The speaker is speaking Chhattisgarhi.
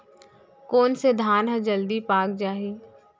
कोन से धान ह जलदी पाक जाही?